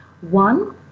One